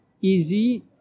easy